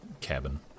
cabin